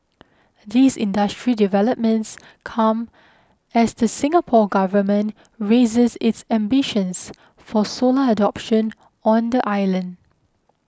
these industry developments come as the Singapore Government raises its ambitions for solar adoption on the island